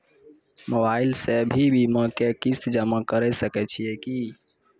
Mobile से भी बीमा के किस्त जमा करै सकैय छियै कि?